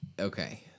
Okay